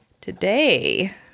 Today